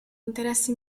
interessi